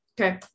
okay